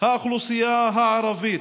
האוכלוסייה הערבית,